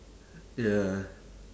ya